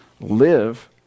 live